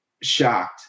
shocked